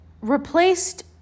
replaced